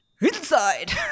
inside